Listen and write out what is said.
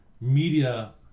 media